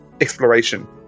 exploration